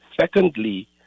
secondly